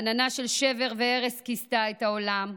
עננה של שבר והרס כיסתה את העולם,